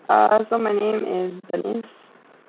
uh so my name is bernice